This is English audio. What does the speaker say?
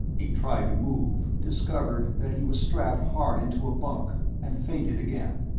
he tried to move, discovered that he was strapped hard into a bunk, and fainted again.